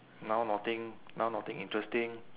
now nothing now nothing interesting